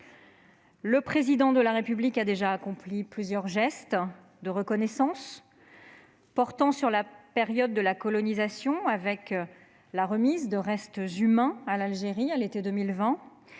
Le Président de la République a déjà accompli plusieurs gestes de reconnaissance portant sur la période de la colonisation, avec la remise de restes humains à l'Algérie à l'été 2020,